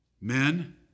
Men